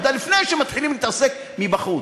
לפני שמתחילים להתעסק בחוץ.